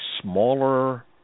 smaller